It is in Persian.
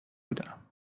بودم